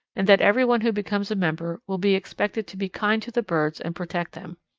and that every one who becomes a member will be expected to be kind to the birds and protect them.